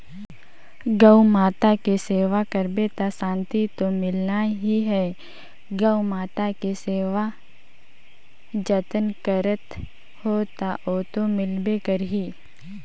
गउ माता के सेवा करबे त सांति तो मिलना ही है, गउ माता के सेवा जतन करत हो त ओतो मिलबे करही